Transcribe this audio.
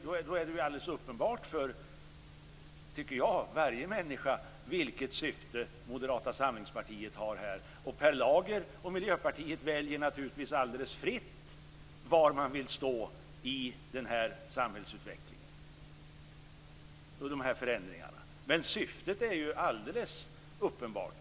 Jag tycker att det är alldeles uppenbart för alla vilket syfte Moderata samlingspartiet här har. Per Lager och Miljöpartiet väljer naturligtvis alldeles fritt var de vill stå i förhållande till dessa förändringar, men syftet är alldeles uppenbart.